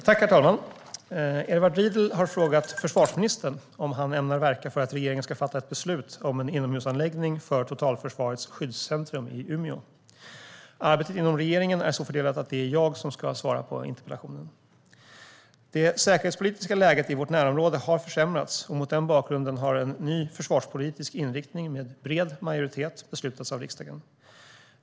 Herr talman! Edward Riedl har frågat försvarsministern om han ämnar verka för att regeringen ska fatta ett beslut om en inomhusanläggning för Totalförsvarets skyddscentrum i Umeå. Arbetet inom regeringen är så fördelat att det är jag som ska svara på interpellationen. Det säkerhetspolitiska läget i vårt närområde har försämrats, och mot den bakgrunden har en ny försvarspolitisk inriktning med bred majoritet beslutats av riksdagen.